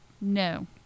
No